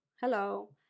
Hello